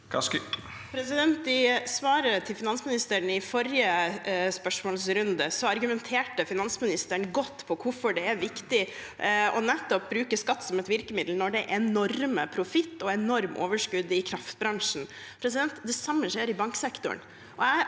I svaret til fi- nansministeren i forrige spørsmålsrunde argumenterte han godt for hvorfor det er viktig nettopp å bruke skatt som et virkemiddel når det er enorm profitt og enormt overskudd i kraftbransjen. Det samme skjer i banksektoren.